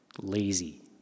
Lazy